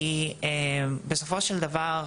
כי בסופו של דבר,